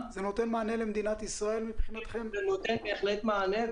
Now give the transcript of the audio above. זה נותן בהחלט מענה,